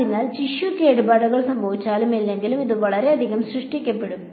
അതിനാൽ ടിഷ്യു കേടുപാടുകൾ സംഭവിച്ചാലും ഇല്ലെങ്കിലും ഇത് വളരെയധികം സൃഷ്ടിക്കപ്പെടും